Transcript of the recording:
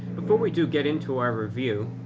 before we do get into our review,